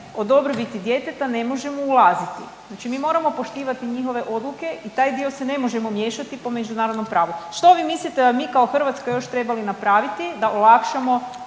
o dobrobiti djeteta ne možemo ulaziti. Znači mi moramo poštivati njihove odluke i u taj dio se ne možemo miješati po međunarodnom pravu. Što vi mislite da mi kao Hrvatska još trebali napraviti da olakšamo